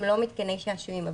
הם לא מתקני שעשועים.